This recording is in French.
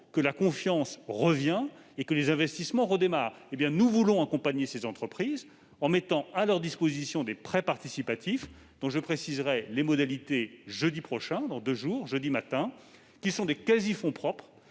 la confiance revenir et les investissements redémarrer. Nous voulons accompagner ces entreprises en mettant à leur disposition des prêts participatifs dont je préciserai les modalités jeudi matin. Ce sont de quasi-fonds propres.